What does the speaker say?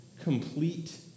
complete